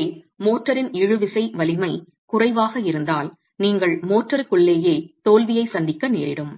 எனவே மோர்டாரின் இழுவிசை வலிமை குறைவாக இருந்தால் நீங்கள் மோர்டருக்குள்ளேயே தோல்வியை சந்திக்க நேரிடும்